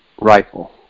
rifle